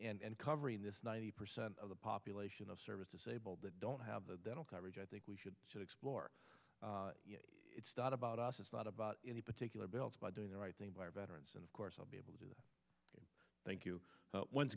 and covering this ninety percent of the population of service disabled that don't have the dental coverage i think we should explore it's about us not about any particular bills by doing the right thing by our veterans and of course i'll be able to thank you once